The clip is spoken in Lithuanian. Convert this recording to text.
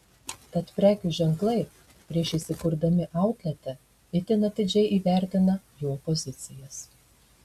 tad prekių ženklai prieš įsikurdami outlete itin atidžiai įvertina jo pozicijas